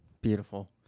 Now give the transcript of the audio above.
Beautiful